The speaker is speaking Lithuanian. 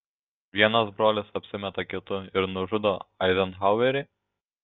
vienas brolis apsimeta kitu ir nužudo eizenhauerį